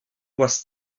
was